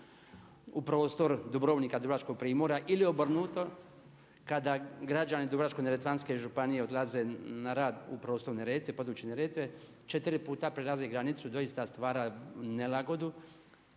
u prostor Dubrovnika, Dubrovačkog primorja ili obrnuto, kada građani Dubrovačko-neretvanske županije odlaze na rad u područje Neretve četiri puta prelaze granicu i doista stvara nelagodu,